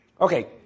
Okay